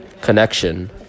Connection